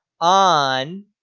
on